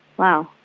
wow.